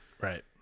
Right